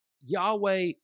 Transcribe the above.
Yahweh